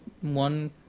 one